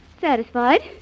Satisfied